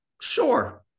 sure